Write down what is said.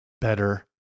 better